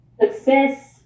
Success